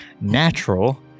Natural